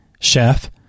chef